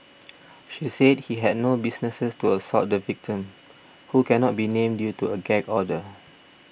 she said he had no business to assault the victim who cannot be named due to a gag order